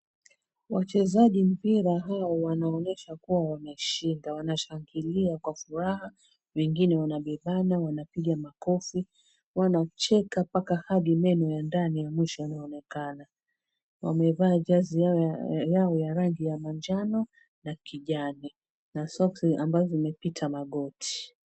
Wachezaji mpira hao wanaonyesha kuwa wameshinda. Wanashangilia kwa furaha, wengine wanabebana, wanapiga makofi, wanacheka mpaka hadi meno ya ndani ya mwisho yanaonekana. Wamevaa jazi yao ya rangi ya manjano na kijani na soksi ambazo zimepita magoti.